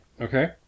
Okay